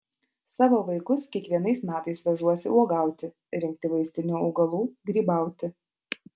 savo vaikus kiekvienais metais vežuosi uogauti rinkti vaistinių augalų grybauti